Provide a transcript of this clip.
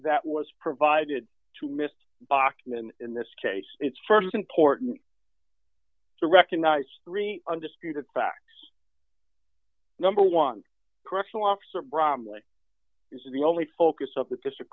that was provided to missed bachmann in this case it's st important to recognize three undisputed facts number one correctional officer bromley is the only focus of the district